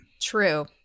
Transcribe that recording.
True